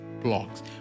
blocks